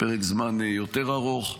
פרק זמן ארוך יותר.